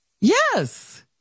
Yes